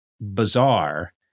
bizarre